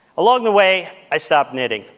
along the way, i stopped knitting.